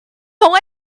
know